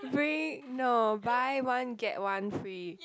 bring no buy one get one free